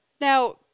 Now